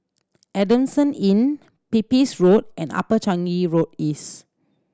Adamson Inn Pepys Road and Upper Changi Road East